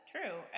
True